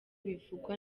bivugwa